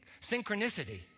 Synchronicity